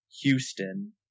Houston